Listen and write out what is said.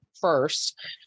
first